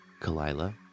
Kalila